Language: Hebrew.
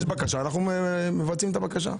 יש בקשה, אנחנו מבצעים את הבקשה.